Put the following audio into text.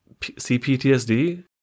CPTSD